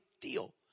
deal